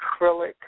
acrylic